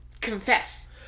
confess